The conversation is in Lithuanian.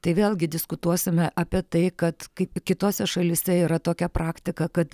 tai vėlgi diskutuosime apie tai kad kai kitose šalyse yra tokia praktika kad